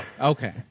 Okay